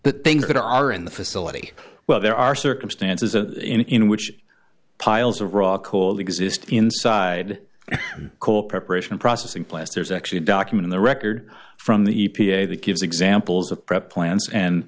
the things that are in the facility well there are circumstances in which piles of raw coal exist inside coal preparation processing plants there's actually documenting the record from the e p a that gives examples of prep plants and